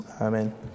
Amen